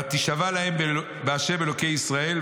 ותישבע להם בה' אלוהי ישראל.